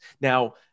now